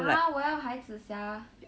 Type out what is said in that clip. !huh! 我要孩子 sia